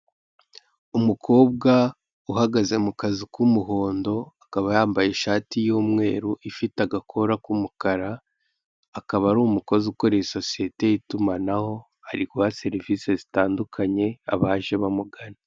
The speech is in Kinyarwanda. Umukobwa uhagaze mu kazu k'umuhondo, akaba yambaye ishati y'umweru, ifite agakora k'umukara, akaba ari umukozi ukorera isosiyete y'itumanaho, ari guha serivise zitandukanye abaje bamugana.